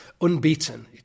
unbeaten